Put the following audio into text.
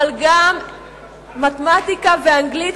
אבל גם מתמטיקה ואנגלית,